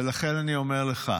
ולכן אני אומר לך,